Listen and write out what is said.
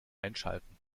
einschalten